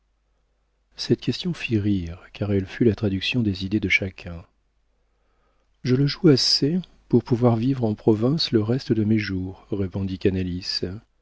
cette question fit rire car elle fut la traduction des idées de chacun je le joue assez pour pouvoir vivre en province le reste de mes jours répondit